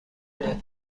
داد